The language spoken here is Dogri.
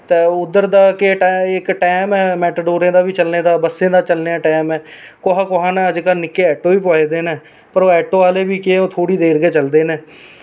ते उद्धर दा बी इक्क टाईम ऐ मैटाडोर दा बी चलने दा बस्सें दा चलने दा टाईम ऐ कुसै कुसै ने अज्जकल निक्के ऑटो बी पाए दे न पर ऑटो आह्ले बी केह् थोह्ड़ी देर गै चलदे न